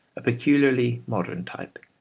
a peculiarly modern type,